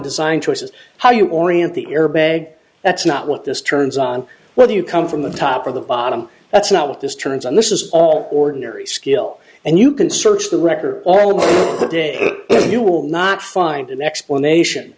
design choices how you orient the airbag that's not what this turns on whether you come from the top of the bottom that's not what this turns and this is all ordinary skill and you can search the record all of the day you will not find an explanation